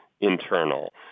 internal